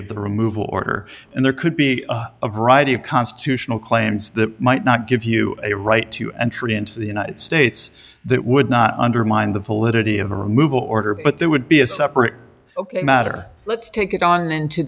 of the removal order and there could be a variety of constitutional claims that might not give you a right to entry into the united states that would not undermine the validity of a removal order but there would be a separate ok matter let's take it on into